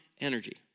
energy